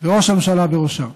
וראש הממשלה בראשם.